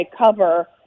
cover